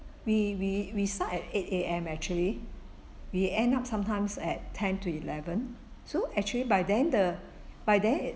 we we we start at eight A_M actually we end up sometimes at ten to eleven so actually by then the by then